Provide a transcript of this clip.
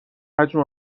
حجم